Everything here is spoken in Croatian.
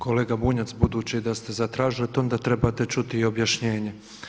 Kolega Bunjac, budući da ste zatražili to onda trebate čuti i objašnjenje.